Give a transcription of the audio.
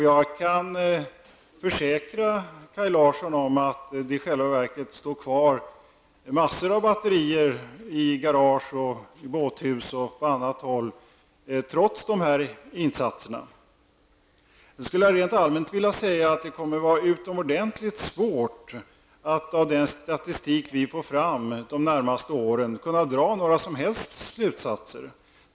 Jag kan försäkra Kaj Larsson att det trots dessa insatser finns kvar en mängd batterier, i garage, båthus och på andra håll. Rent allmänt kan jag säga att det kommer att bli utomordentligt svårt att av den statistik som vi får fram de närmaste åren kunna dra några som helst slutsatser.